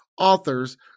authors